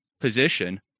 position